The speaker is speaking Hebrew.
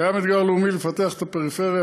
קיים אתגר לאומי לפתח את הפריפריה,